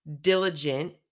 diligent